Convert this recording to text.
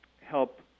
help